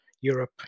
Europe